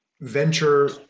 Venture